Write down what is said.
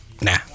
Nah